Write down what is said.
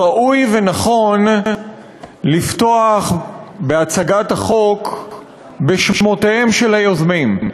ראוי ונכון לפתוח הצגת החוק בשמותיהם של היוזמים.